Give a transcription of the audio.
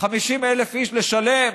50,000 איש לשלם,